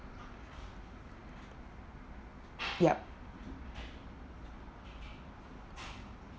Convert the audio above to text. yup